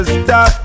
stop